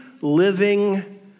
living